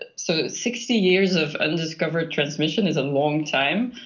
but so sixty years of undiscovered transmission is a long time,